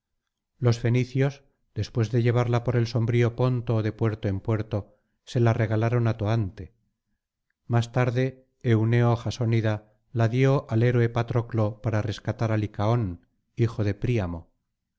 ilíada fenicios después de llevarla por el sombrío ponto de puerto en puerto se la regalaron á toante más tarde euneo jasónida la dio al héroe patroclo para rescatar á licaón hijo de príamo